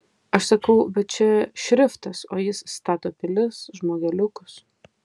aš sakau bet čia šriftas o jis stato pilis žmogeliukus